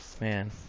Man